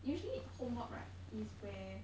usually homework right is where